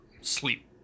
sleep